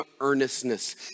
earnestness